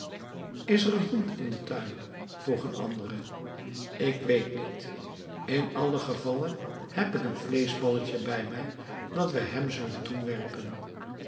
is er een hond in den tuin vroeg een andere ik weet niet in alle gevalle heb ik een vleeschballetje bij mij dat wij hem zullen toewerpen